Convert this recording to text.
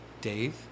Dave